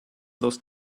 those